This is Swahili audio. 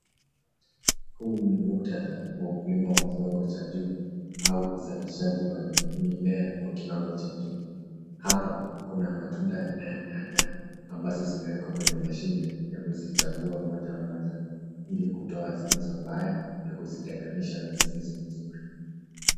Huu ni muktadha wa ukulima wa kiwango cha juu au uzalishaji wa mimea kwa kiwango cha juu. Hapa, kuna matunda ya aina ya nyanya, ambazo zimewekwa kwenye mashine ya kuzichagua moja moja, ili kutoa zilizo mbaya na kuzitenganisha na zilizo nzuri.